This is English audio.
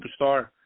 superstar